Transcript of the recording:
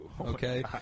Okay